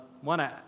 one